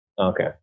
Okay